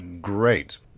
great